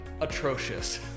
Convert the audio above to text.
atrocious